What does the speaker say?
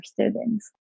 students